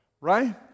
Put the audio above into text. Right